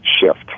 shift